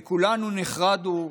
וכולנו נחרדו,